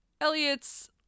Elliot's